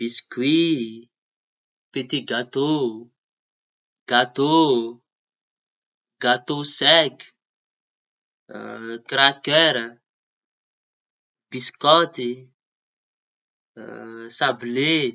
Biskoï, peti gatô, gatô, gatô seky, krakera, biskôty, sabile.